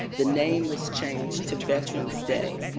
the name was changed to veterans day.